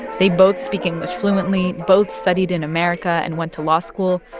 they both speak english fluently, both studied in america and went to law school,